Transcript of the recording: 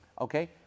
Okay